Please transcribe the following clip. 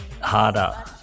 harder